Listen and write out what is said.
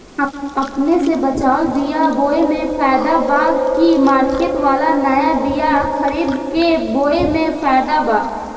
अपने से बचवाल बीया बोये मे फायदा बा की मार्केट वाला नया बीया खरीद के बोये मे फायदा बा?